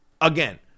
again